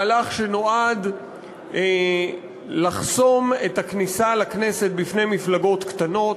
מהלך שנועד לחסום את הכניסה לכנסת בפני מפלגות קטנות,